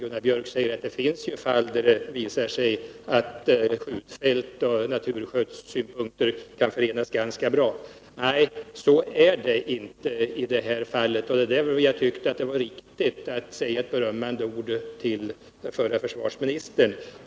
Han säger vidare att det finns fall där det visar sig att skjutfält och natur kan förenas ganska bra. Men så är det inte i det här fallet. Det var därför jag tyckte det var riktigt att säga ett berömmande ord till förre försvarsministern.